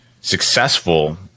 successful